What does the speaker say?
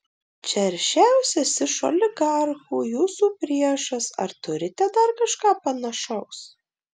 čia aršiausias iš oligarchų jūsų priešas ar turite dar kažką panašaus